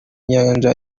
inyanja